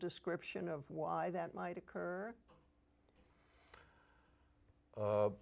description of why that might occur